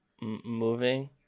Moving